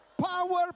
power